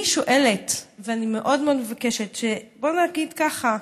אני שואלת, ואני מאוד מאוד מבקשת, בואו נגיד ככה: